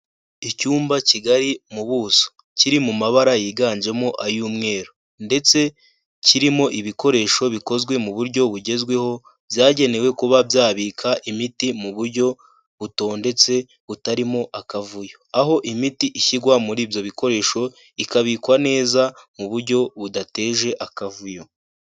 Icyumba kigari mu buso. Kiri mu mabara yiganjemo ay'umweru ndetse kirimo ibikoresho bikozwe mu buryo bugezweho, byagenewe kuba byabika imiti mu buryo butondetse butarimo akavuyo. Aho imiti ishyirwa muri ibyo bikoresho, ikabikwa neza mu buryo budateje akavuyo.